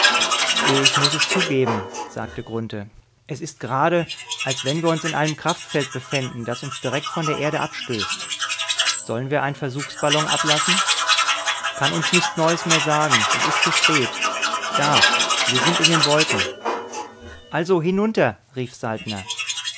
ich muß es zugeben sagte grunthe es ist gerade als wenn wir uns in einem kraftfeld befänden das uns direkt von der erde abstößt sollen wir einen versuchsballon ablassen kann uns nichts neues mehr sagen es ist zu spät da wir sind in den wolken also hinunter rief